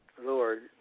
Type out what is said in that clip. Lord